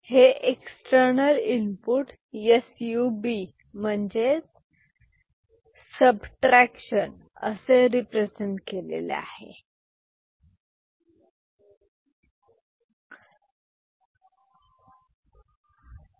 हे external input SUB म्हणजे subtraction असे रिप्रेझेंट केलेले आहे If SUB 0 then C 1 0 Ex OR gate output Bi ⊕ 0 Bi F